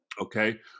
Okay